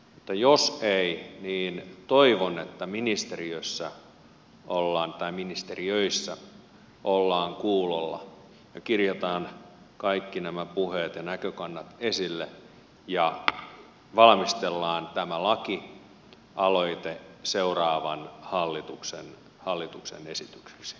mutta jos ei niin toivon että ministeriöissä ollaan kuulolla ja kirjataan kaikki nämä puheet ja näkökannat esille ja valmistellaan tämä lakialoite seuraavan hallituksen esitykseksi